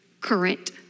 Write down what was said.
current